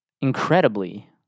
incredibly